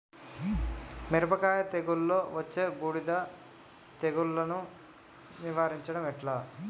మిరపకాయ తెగుళ్లలో వచ్చే బూడిది తెగుళ్లను నివారించడం ఎట్లా?